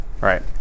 right